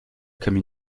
comme